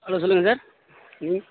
hello சொல்லுங்கள் sir